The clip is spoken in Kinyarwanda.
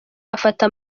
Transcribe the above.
bafata